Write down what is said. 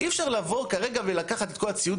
אבל אי אפשר לבוא כרגע ולקחת את כל הציוד